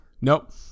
Nope